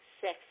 sex